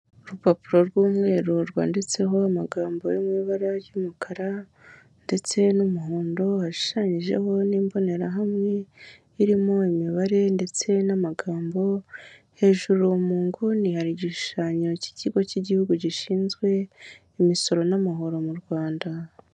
Urupapuro rw'umweru rwanditseho amagambo yo mu ibara ry'umukara ndetse n'umuhondo, hashushanyijeho n'imbonerahamwe irimo imibare ndetse n'amagambo, hejuru muguni hari igishushanyo cy'ikigo cy' igihugu gishinzwe imisoro n'amahoro mu Rwanda.